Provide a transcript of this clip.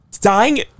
dying